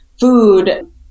food